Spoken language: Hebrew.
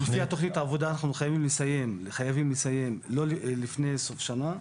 לפי תוכנית העבודה אנחנו חייבים לסיים לפני סוף שנה,